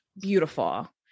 Beautiful